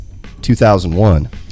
2001